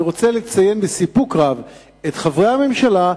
אני רוצה לציין בסיפוק רב את חברי הממשלה,